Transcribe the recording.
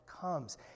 comes